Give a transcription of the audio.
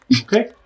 Okay